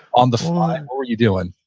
on the fly? what were you doing?